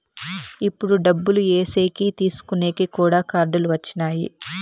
ఇప్పుడు డబ్బులు ఏసేకి తీసుకునేకి కూడా కార్డులు వచ్చినాయి